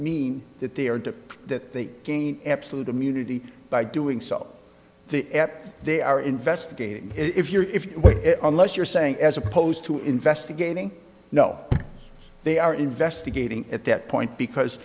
mean that they are dip that they gain absolute immunity by doing so the apt they are investigating if you're if unless you're saying as opposed to investigating no they are investigating at that point because